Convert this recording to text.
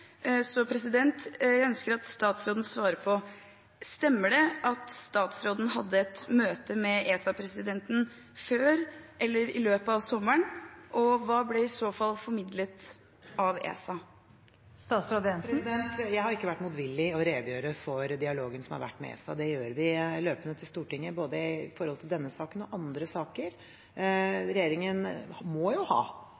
så jeg ønsker at statsråden svarer på om det stemmer at hun hadde et møte med ESA-presidenten før eller i løpet av sommeren. Og hva ble i så fall formidlet av ESA? Jeg har ikke vært motvillig til å redegjøre for dialogen som har vært med ESA, det gjør vi løpende til Stortinget når det gjelder både denne saken og andre saker.